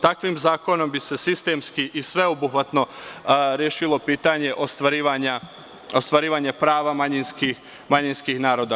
Takvim zakonom bi se sistemskii sveobuhvatno rešilo pitanje ostvarivanja prava manjinskih naroda.